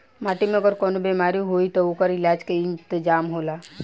माटी में अगर कवनो बेमारी होई त ओकर इलाज के इंतजाम होला